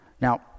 now